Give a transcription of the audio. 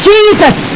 Jesus